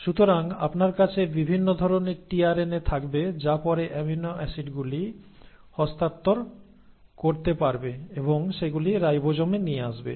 সুতরাং আপনার কাছে বিভিন্ন ধরণের টিআরএনএ থাকবে যা পরে অ্যামিনো অ্যাসিডগুলি হস্তান্তর করতে পারবে এবং সেগুলি রাইবোজোমে নিয়ে আসবে